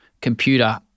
computer